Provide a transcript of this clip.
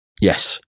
Yes